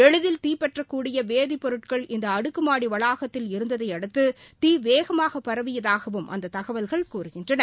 எளிதில் தீப்பற்றக்கூடிய வேதிப்பொருட்கள் இந்த அடுக்கு மாடி வளாகத்தில் இருந்ததையடுத்து தீ வேகமாக பரவியதாகவும் அந்த தகவல்கள் கூறுகின்றன